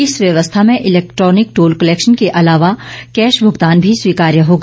इस व्यवस्था में इलैक्ट्रॉनिक टोल कनेक्शन के अलावा कैश भुगतान भी स्वीकार्य होगा